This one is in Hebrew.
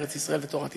ארץ ישראל ותורת ישראל.